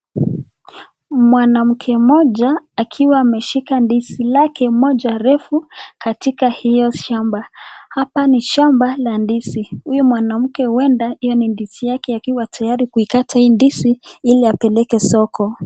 Mwanamke mmoja akiwa ameshika ndizi lake moja refu katika hio shamba. Hapa ni shamba la ndizi, huyu mwanamke ueda hio ni ndizi yake akiwa tayari kuikata hii ndizi ili apeleke soko.